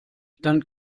dann